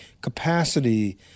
capacity